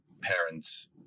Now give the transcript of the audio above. parents